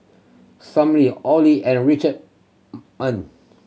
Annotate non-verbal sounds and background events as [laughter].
[unintelligible] Olie and Rich [unintelligible]